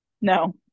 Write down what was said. no